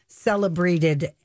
celebrated